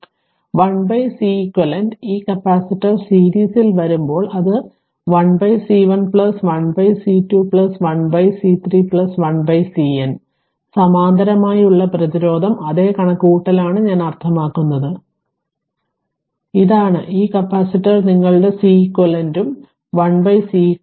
അതിനാൽ 1Ceq ഈ capacitor series ൽ വരുമ്പോൾ അത് 1C1 1C2 1C3 1CN സമാന്തരമായി ഉള്ള പ്രതിരോധം അതേ കണക്കുകൂട്ടലാണ് ഞാൻ അർത്ഥമാക്കുന്നത് ഇതാണ് ഈ കപ്പാസിറ്റർ നിങ്ങളുടെ Ceq ഉം 1 Ceq ഇതാണ്